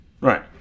Right